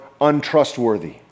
untrustworthy